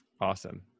Awesome